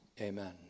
Amen